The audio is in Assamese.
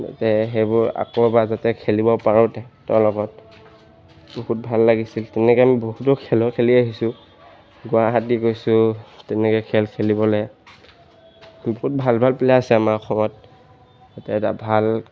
সেইবোৰ আকৌ এবাৰ যাতে খেলিব পাৰোঁ তেহেঁতৰ লগত বহুত ভাল লাগিছিল তেনেকৈ আমি বহুতো খেলো খেলি আহিছোঁ গুৱাহাটী গৈছোঁ তেনেকৈ খেল খেলিবলৈ বহুত ভাল ভাল প্লেয়াৰ আছে আমাৰ অসমত তাতে এটা ভাল